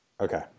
Okay